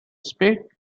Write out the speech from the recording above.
spade